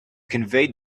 conveyed